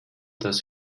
das